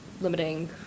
limiting